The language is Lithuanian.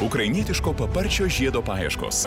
ukrainietiško paparčio žiedo paieškos